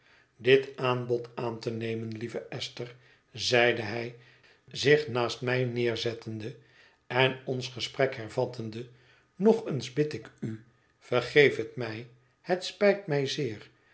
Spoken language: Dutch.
dit aanbod aan te nemen lieve esther zeide hij zich naast mij neerzettende en ons gesprek hervattende nog eens bid ik u vergeef het mij het spijt mij zeer